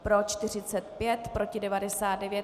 Pro 45, proti 99.